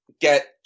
get